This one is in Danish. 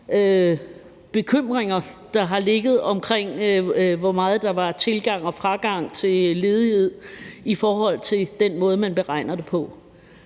bekymringer, der har været omkring, hvor meget der var af tilgang og afgang i forhold til ledighed med den måde, man beregner det på.